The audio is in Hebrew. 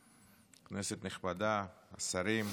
כנסת נכבדה, השרים,